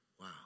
wow